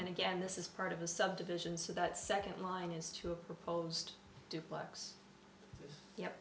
and again this is part of the subdivision so that second line is to a proposed duplex